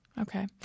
Okay